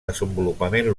desenvolupament